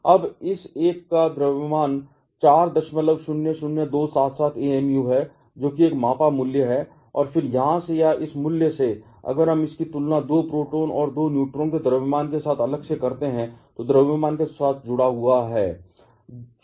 अब इस एक का द्रव्यमान 400277 amu है जो कि एक मापा मूल्य है और फिर यहां से या इस विशेष मूल्य से अगर हम इसकी तुलना 2 प्रोटॉन और 2 न्यूट्रॉन के द्रव्यमान के साथ अलग से करते हैं तो वह द्रव्यमान के साथ जुड़ा होगा